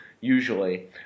usually